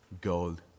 gold